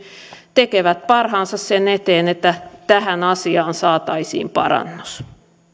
tekevät parhaansa sen eteen että tähän asiaan saataisiin parannus